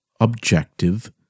objective